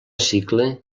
cicle